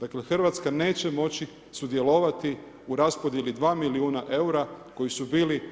Dakle, Hrvatska neće moći sudjelovati u raspodjeli dva milijuna eura koji su bili